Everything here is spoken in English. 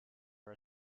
are